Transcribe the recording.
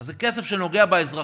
זה כסף שנוגע באזרחים.